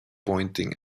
pointing